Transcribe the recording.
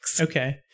Okay